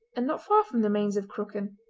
and not far from the mains of crooken.